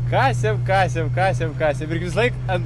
kasėm kasėm kasėm kasėm irgi visąlaik ant